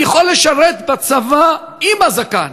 אני יכול לשרת את הצבא עם הזקן,